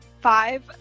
five